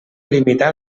limitar